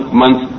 month